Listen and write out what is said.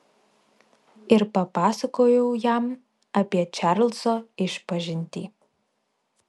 ir papasakojau jam apie čarlzo išpažintį